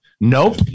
Nope